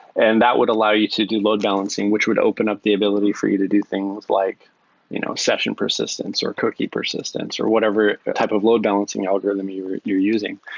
and that would allow you to do load balancing, which would open up the ability for you to do things like you know session persistence, or code key persistence, or whatever type of load balancing algorithm you're using.